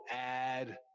add